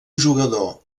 jugador